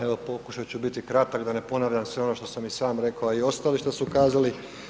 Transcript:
Evo pokušat ću biti kratak da ne ponavljam sve ono što sam i sam rekao a i ostali što su kazali.